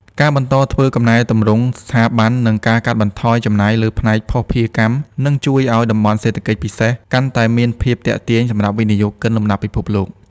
ការបន្តធ្វើកំណែទម្រង់ស្ថាប័ន និងការកាត់បន្ថយចំណាយលើផ្នែកភស្តុភារកម្ម នឹងជួយឱ្យ តំបន់សេដ្ឋកិច្ចពិសេស កាន់តែមានភាពទាក់ទាញសម្រាប់វិនិយោគិនលំដាប់ពិភពលោក។